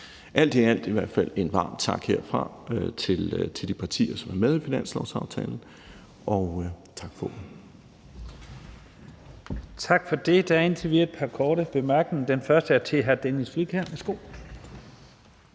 fald lyde en varm tak herfra til de partier, som er med i finanslovsaftalen.